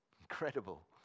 Incredible